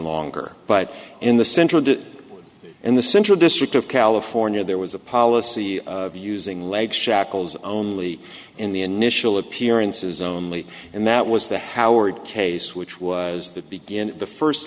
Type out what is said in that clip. longer but in the central and the central district of california there was a policy of using leg shackles only in the initial appearances only and that was the howard case which was that begin the first